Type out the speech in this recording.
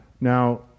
now